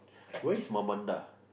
where's Mamanda